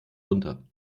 runter